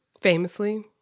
famously